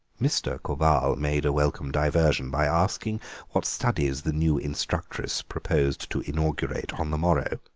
mr. quabarl made a welcome diversion by asking what studies the new instructress proposed to inaugurate on the morrow.